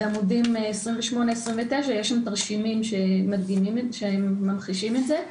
בעמודים 28-29 יש תרשימים שממחישים את זה.